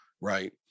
right